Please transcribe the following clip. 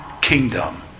kingdom